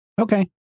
Okay